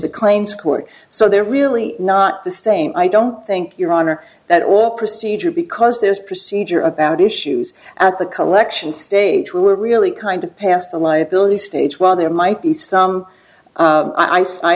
the claims court so they're really not the same i don't think your honor that all procedure because this procedure about issues at the collection stage we're really kind of past the liability stage while there might be some